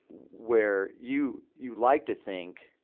where you. you'd like to think,